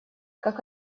как